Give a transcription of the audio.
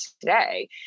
today